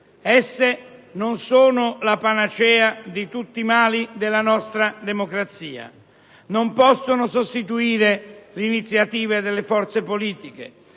Esse non sono la panacea di tutti i mali della nostra democrazia. Non possono sostituire l'iniziativa delle forze politiche,